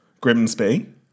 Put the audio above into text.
Grimsby